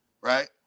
right